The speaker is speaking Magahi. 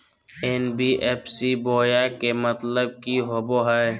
एन.बी.एफ.सी बोया के मतलब कि होवे हय?